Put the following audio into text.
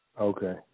Okay